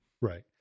right